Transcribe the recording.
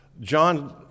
John